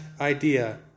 idea